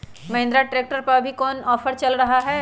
Mahindra tractor पर अभी कोन ऑफर चल रहा है?